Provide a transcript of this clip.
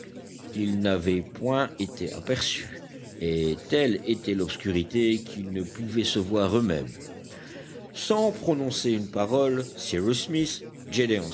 ils n'avaient point été aperçus et telle était l'obscurité qu'ils ne pouvaient se voir eux-mêmes sans prononcer une parole